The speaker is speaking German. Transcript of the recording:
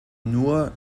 nur